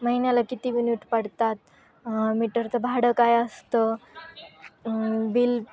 महिन्याला किती विनिट पडतात मीटरचं भाडं काय असतं बिल